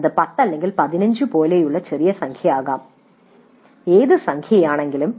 ഇത് 10 അല്ലെങ്കിൽ 15 പോലുള്ള ഒരു ചെറിയ സംഖ്യയാകാം ഏത് സംഖ്യയാണെങ്കിലും